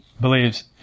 believes